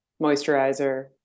moisturizer